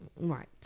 Right